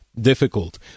difficult